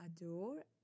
adore